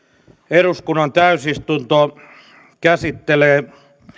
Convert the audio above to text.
eduskunnan täysistunto käsittelee